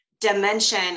dimension